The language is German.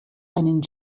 einen